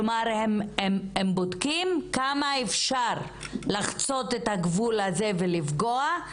כלומר הם בודקים כמה אפשר לחצות את הגבול הזה ולפגוע,